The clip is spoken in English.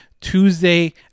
Tuesday